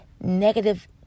negative